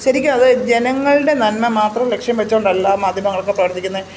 ശരിക്കും അത് ജനങ്ങളുടെ നന്മ മാത്രം ലക്ഷ്യം വച്ചു കൊണ്ടല്ല മാധ്യമങ്ങളൊക്കെ പ്രവർത്തിക്കുന്നത്